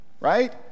right